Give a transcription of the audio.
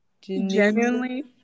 Genuinely